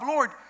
Lord